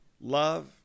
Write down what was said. love